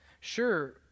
Sure